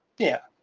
yeah.